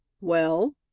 Well